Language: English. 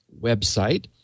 website